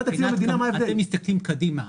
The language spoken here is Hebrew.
אתם מסתכלים קדימה,